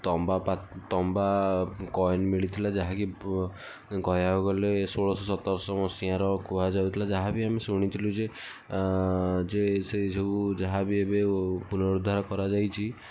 ତମ୍ବା ତମ୍ବା କଏନ୍ ମିଳିଥିଲା ଯାହାକି କହିବାକୁ ଗଲେ ଷୋଳଶହ ସତରଶହ ମସିହାର କୁହାଯାଇଥିଲା ଯାହାବି ଆମେ ଶୁଣିଥିଲୁ ଯେ ଯେ ସେ ସବୁ ଯାହାବି ଏବେ ପୁନରୁଦ୍ଧାର କରାଯାଇଚି